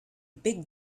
big